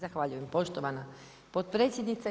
Zahvaljujem poštovana potpredsjednice.